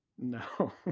No